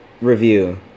review